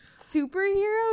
superhero